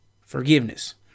forgiveness